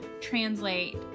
translate